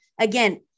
again